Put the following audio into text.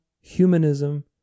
humanism